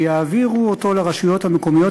והם יעבירו אותו לרשויות המקומיות,